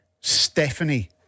Stephanie